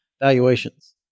valuations